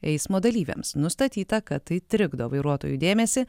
eismo dalyviams nustatyta kad tai trikdo vairuotojų dėmesį